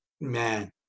man